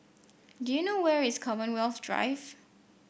do you know where is Commonwealth Drive